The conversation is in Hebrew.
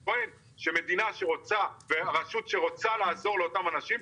אני טוען שמדינה שרוצה ורשות שרוצה לעזור לאותם אנשים,